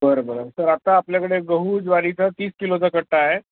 बरं बरं सर आता आपल्याकडे गहू ज्वारीचा तीस किलोचा कट्टा आहे